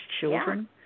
children